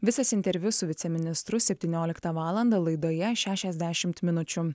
visas interviu su viceministru septynioliktą valandą laidoje šešiasdešimt minučių